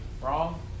wrong